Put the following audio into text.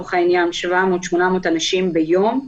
לצורך העניין נוחתים 700 או 800 אנשים ביום,